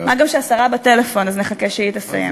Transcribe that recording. מה גם שהשרה בטלפון, אז נחכה שהיא תסיים.